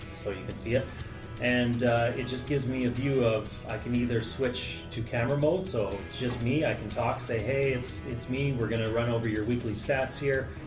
so you can see it and it just gives me a view of i can either switch to camera mode, so it's just me. i can talk. say, hey, it's it's me. we're going to run over your weekly stats here.